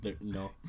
no